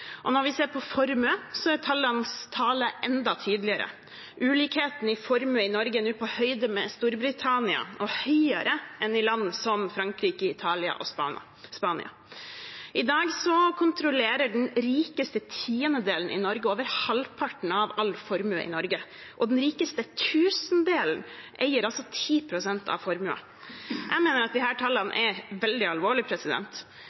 Når vi ser på formue, er tallenes tale enda tydeligere. Ulikhetene i formue i Norge er nå på høyde med Storbritannia og høyere enn i land som Frankrike, Italia og Spania. I dag kontrollerer den rikeste tiendedelen i Norge over halvparten av all formue i Norge, og den rikeste tusendelen eier 10 pst. av formuen. Jeg mener at